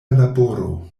laboro